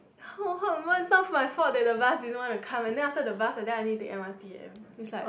it's not my fault that the bus didn't want to come and then after the bus I think I need take m_r_t leh is like